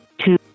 two